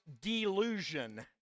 delusion